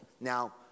Now